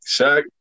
Shaq